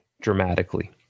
dramatically